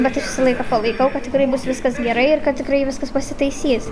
bet aš visą laiką palaikau kad tikrai bus viskas gerai ir kad tikrai viskas pasitaisys